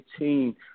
2018